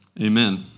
amen